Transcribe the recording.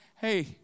hey